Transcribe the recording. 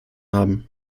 haben